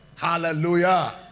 Hallelujah